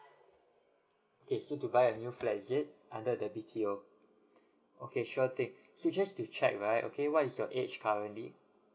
okay so to buy a new flat is it under the B_T_O okay sure thing so just to check right okay what is your age currently